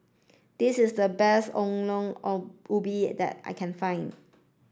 this is the best Ongol Ong Ubi that I can find